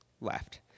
left